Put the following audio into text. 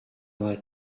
vingt